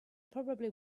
probably